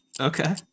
Okay